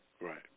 Right